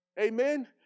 Amen